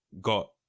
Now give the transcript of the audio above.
got